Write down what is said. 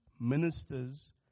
ministers